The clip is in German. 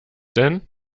denn